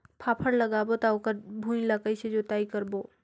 फाफण लगाबो ता ओकर भुईं ला कइसे जोताई करबो?